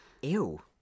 Ew